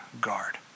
guard